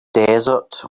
desert